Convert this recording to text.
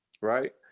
Right